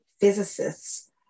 physicists